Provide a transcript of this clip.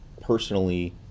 personally